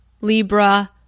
Libra